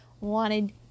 wanted